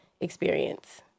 experience